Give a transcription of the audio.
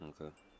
Okay